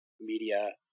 media